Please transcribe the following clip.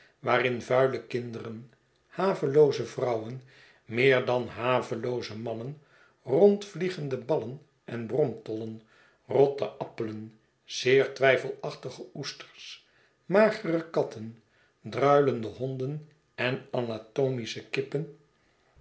waarin vuile kinderen havelooze vrouwen meer dan havelooze mannen rondvliegende ballen en bromtollen rotte appelen zeer twijfelachtige oesters magere katten druilende honden en anatomische kippen